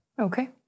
Okay